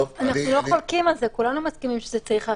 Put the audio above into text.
אנחנו לא חולקים על זה, כולנו מסכימים שצריך.